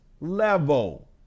level